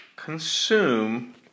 consume